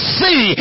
see